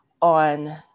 on